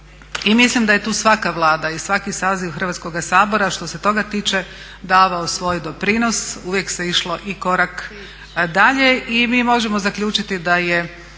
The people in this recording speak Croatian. I mislim da je tu svaka Vlada i svaki saziv Hrvatskoga sabora što se toga tiče davao svoj doprinos. Uvijek se išlo i korak dalje. I mi možemo zaključiti da je